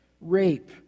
rape